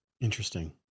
Interesting